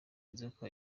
nzoka